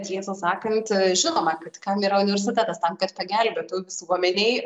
tiesą sakant žinoma kad kam yra universitetas tam kad pagelbėtų visuomenei